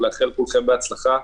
לאחל לכולכם בהצלחה.